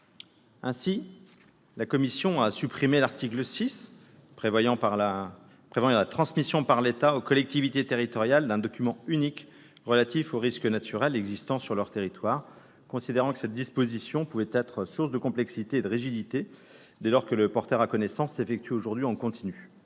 Ainsi, la commission a supprimé l'article 6 prévoyant la transmission par l'État aux collectivités territoriales d'un document unique relatif aux risques naturels existant sur leur territoire, considérant que cette disposition pouvait être source de complexité et de rigidité, dès lors que le « porter à connaissance » s'effectue aujourd'hui en continu.